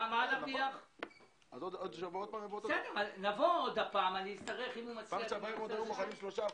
מה המשמעות הפרקטית אם אנחנו מצביעים על 7%?